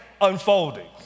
unfolding